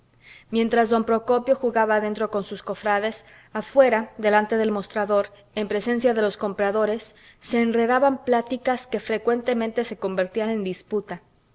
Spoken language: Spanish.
mientras don procopio jugaba adentro con sus cofrades afuera delante del mostrador en presencia de los compradores se enredaban pláticas que frecuentemente se convertían en disputa